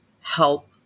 help